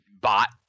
bot